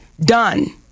Done